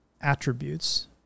Attributes